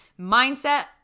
mindset